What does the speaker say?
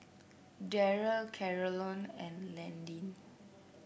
Darryl Carolann and Landyn